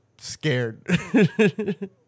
Scared